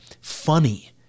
funny